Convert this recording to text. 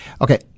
okay